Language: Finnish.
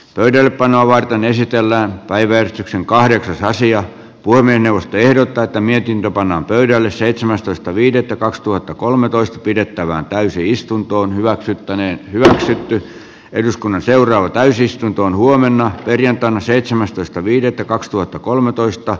pöydällepanoa varten esitellään päiväystyksen kahdeksasta asian puiminen on tehdä tätä mietin ja pannaan pöydälle seitsemästoista viidettä kaksituhattakolmetoista pidettävään täysistuntoon hyväksyttäneen hyväksytty eduskunnan seuraava täysistuntoon huomenna perjantaina seitsemästoista viidettä kaksituhattakolmetoista